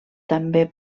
també